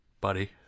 buddy